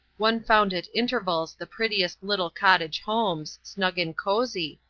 one found at intervals the prettiest little cottage homes, snug and cozy,